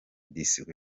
disi